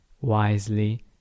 wisely